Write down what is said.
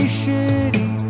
shitty